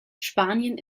spanien